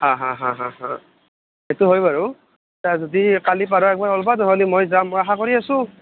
আ হা হা হা সেইটো হয় বাৰু ইতা যদি কালি পাৰ' একবাৰ ওলবা একবাৰ মই যাম মই আশা কৰি আছোঁ